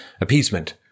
appeasement